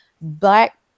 black